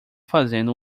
fazendo